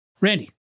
Randy